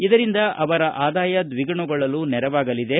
ಇದರಿಂದ ಅವರ ಆದಾಯ ದ್ವಿಗುಣಗೊಳ್ಳಲು ನೆರವಾಗಲಿದೆ